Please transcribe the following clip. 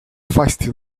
feisty